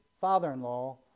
father-in-law